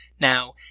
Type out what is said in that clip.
Now